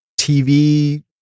TV